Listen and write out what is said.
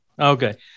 Okay